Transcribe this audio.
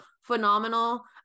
phenomenal